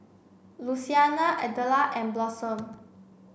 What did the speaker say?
Louisiana Adela and Blossom